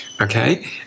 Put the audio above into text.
Okay